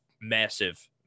massive